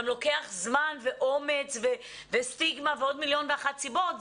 גם לוקח זמן ואומץ וסטיגמה ועוד מיליון ואחת סיבות,